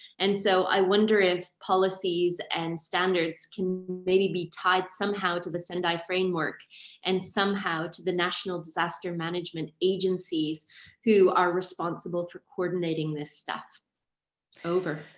and so i wonder if policies and standards can maybe be tied somehow to the sendai framework and somehow to the national disaster management agencies who are responsible for coordinating this stuff over.